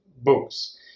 books